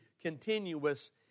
continuous